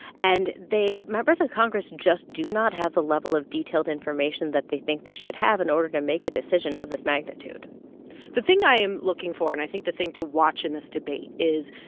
and they members of congress just do not have the level of detailed information that they think they should have in order to make a decision of this magnitude the thing i am looking for and i think the thing to watch in this debate is,